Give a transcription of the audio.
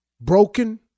Broken